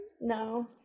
No